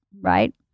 right